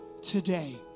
today